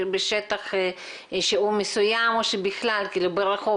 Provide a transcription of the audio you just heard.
בשטח שהוא מסוים או שבכלל ברחוב?